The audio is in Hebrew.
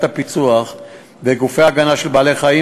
הפיצו"ח וגופי ההגנה על בעלי-חיים,